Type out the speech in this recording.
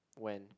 when